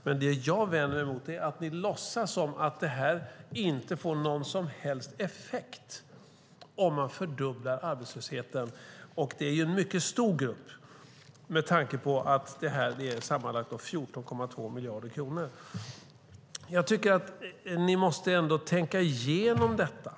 Men det jag vänder mig emot är att ni låtsas som att det inte får någon som helst effekt om man fördubblar arbetslösheten. Det är en mycket stor grupp med tanke på att det är sammanlagt 14,2 miljarder kronor. Ni måste ändå tänka igenom detta.